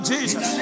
Jesus